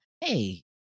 hey